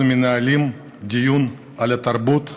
אנחנו מנהלים דיון על התרבות בצורה,